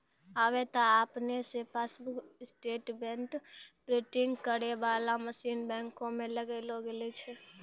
आबे त आपने से पासबुक स्टेटमेंट प्रिंटिंग करै बाला मशीन बैंको मे लगैलो गेलो छै